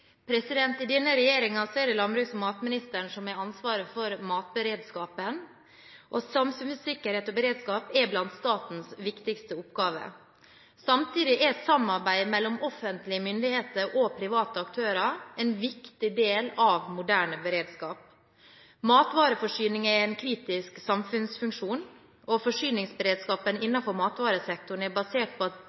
I denne regjeringen er det landbruks- og matministeren som har ansvaret for matberedskapen. Samfunnssikkerhet og beredskap er blant statens viktigste oppgaver. Samtidig er samarbeidet mellom offentlige myndigheter og private aktører en viktig del av moderne beredskap. Matvareforsyning er en kritisk samfunnsfunksjon. Forsyningsberedskapen innenfor matvaresektoren er basert på